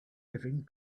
living